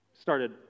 Started